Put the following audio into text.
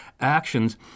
actions